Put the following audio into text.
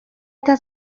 eta